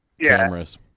cameras